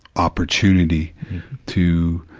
opportunity to,